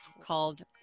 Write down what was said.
called